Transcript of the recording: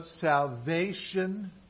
salvation